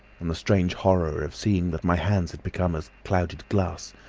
and the strange horror of seeing that my hands had become as clouded glass,